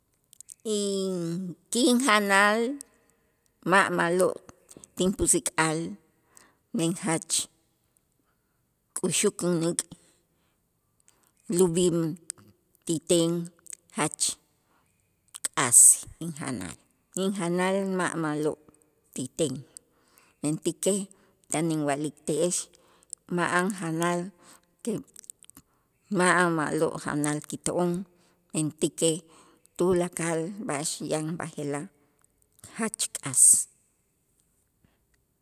Inkinjanal ma' ma'lo' tinpusik'al men jach k'uxuk innok' lub'ij ti ten jach k'as injanal, injanal ma' ma'lo' ti ten, mentäkej tan inwa'likte'ex ma'an janal que ma'an ma'lo' janal kito'on, mentäkej tulakal b'a'ax yan b'aje'laj jach k'as.